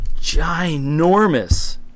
ginormous